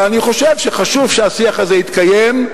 אבל אני חושב שחשוב שהשיח הזה יתקיים,